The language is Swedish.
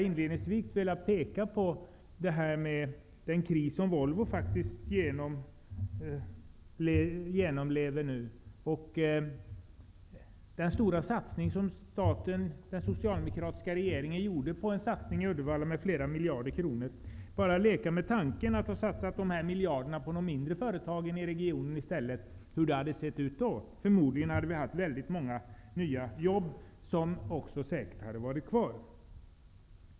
Inledningsvis vill jag peka på den kris som Volvo nu genomlider. Den socialdemokratiska regeringen gjorde en satsning på flera hundra miljarder kronor i Uddevalla. Jag leker med tanken att man i stället skulle ha satsat dessa miljarder på de mindre företagen i regionen. Hur skulle det då ha sett ut? Förmodligen hade det skapats väldigt många nya jobb som säkerligen också skulle ha funnits kvar.